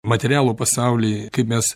materialų pasaulį kai mes